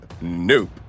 nope